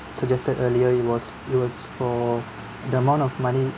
suggested earlier it was it was for the amount of money